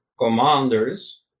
commanders